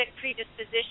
predisposition